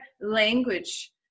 language